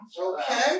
Okay